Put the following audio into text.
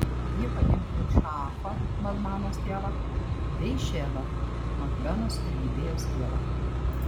ji pagimdė ir šaafą madmanos tėvą bei ševą machbenos ir gibėjos tėvą